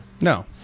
No